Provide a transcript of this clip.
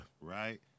right